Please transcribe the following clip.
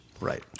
Right